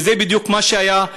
וזה בדיוק מה שהיה.